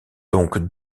donc